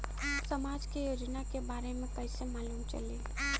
समाज के योजना के बारे में कैसे मालूम चली?